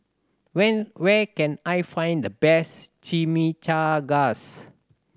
when where can I find the best Chimichangas